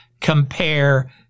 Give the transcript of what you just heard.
compare